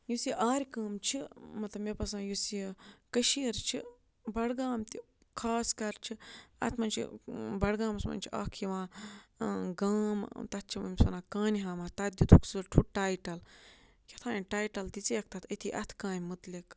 یُس یہِ آرِ کٲم چھِ مطلب مےٚ باسان یُس یہِ کٔشیٖر چھِ بَڈگام تہِ خاص کَر چھِ اَتھ منٛز چھِ بَڈگامَس منٛز چھِ اَکھ یِوان گام تَتھ چھِ أمِس وَنان کانہِ ہامہ تَتھ دِتُکھ سُہ ٹھُہ ٹایٹَل کیٛاہ تھام ٹایٹَل دِژییَکھ تَتھ أتھی اَتھٕ کامہِ مُتعلِق